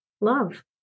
love